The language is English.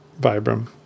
Vibram